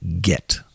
get